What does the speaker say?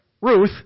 Ruth